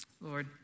Lord